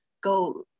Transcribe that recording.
go